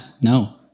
no